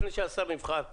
לפני שהשר נבחר?